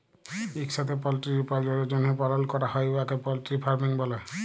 ইকসাথে পলটিরি উপার্জলের জ্যনহে পালল ক্যরা হ্যয় উয়াকে পলটিরি ফার্মিং ব্যলে